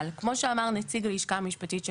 אבל כמו שאמר נציג הלשכה המשפטית של